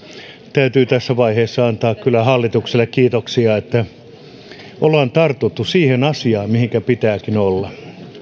täytyy tässä vaiheessa antaa kyllä hallitukselle kiitoksia että ollaan tartuttu siihen asiaan mihinkä pitääkin